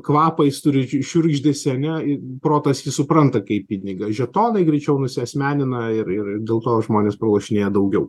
kvapą jis turi šiurgždesį ane ir protas jį supranta kaip pinigą žetonai greičiau nusiasmenina ir ir dėl to žmonės pralošinėja daugiau